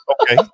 Okay